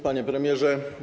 Panie Premierze!